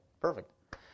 perfect